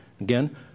again